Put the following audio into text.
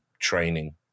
training